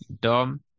Dom